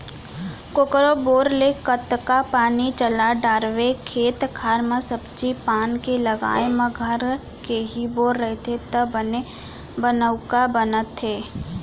कोकरो बोर ले कतका पानी चला डारवे खेत खार म सब्जी पान के लगाए म घर के ही बोर रहिथे त बने बनउका बनथे